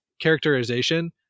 characterization